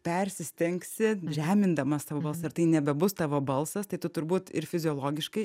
persistengsi žemindamas savo balsą ir tai nebebus tavo balsas tai tu turbūt ir fiziologiškai